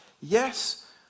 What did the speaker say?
Yes